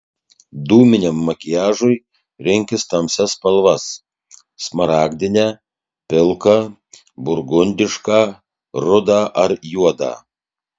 dūminiam makiažui rinkis tamsias spalvas smaragdinę pilką burgundišką rudą ar juodą